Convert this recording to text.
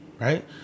right